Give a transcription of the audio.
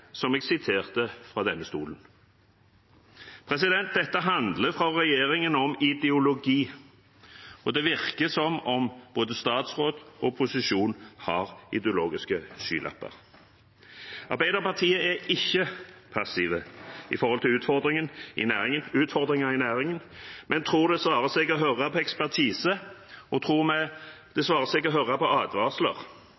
som jeg siterte fra denne talerstolen. Dette handler fra regjeringens side om ideologi, og det virker som om både statsråd og posisjon har ideologiske skylapper. Arbeiderpartiet er ikke passiv når det gjelder utfordringer i næringen, men tror det svarer seg å høre på ekspertisen og tror det svarer seg å høre på advarsler. Vi tror også på å samhandle både med